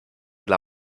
dla